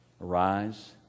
Arise